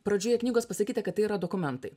pradžioje knygos pasakyta kad tai yra dokumentai